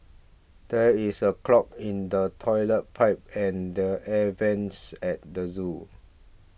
there is a clog in the Toilet Pipe and the Air Vents at the zoo